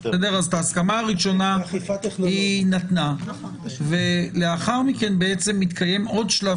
את ההסכמה הראשונה היא נתנה ולאחר מכן מתקיים עוד שלב